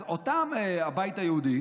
אז אותם הבית היהודי